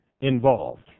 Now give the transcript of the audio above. involved